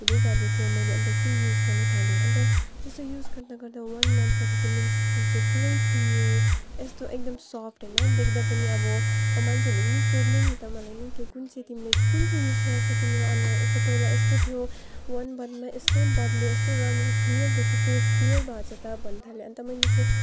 हुँदै जाँदैथ्यो मैले अन्त त्यो युज गर्नु थालेँ अन्त त्यस्तो युज गर्दा गर्दा वान मन्थपछि चाहिँ मेरो स्किन चाहिँ पुरै क्लियर यस्तो एकदम सोफ्ट होइन देख्दा पनि अब अब मान्छेले पनि सोध्ने नि त मलाई नि के कुन चाहिँ तिमीले चाहिँ के कुन चाहिँ युज गर्छ तिम्रो अनुहार यस्तो पहिला यस्तो थियो वान मन्थमा यस्तो बद्लियो यस्तो रङ्ग रूप क्लियर देखियो फेस क्लियर भएछ त भन्नु थाल्यो अन्त मैले चाहिँ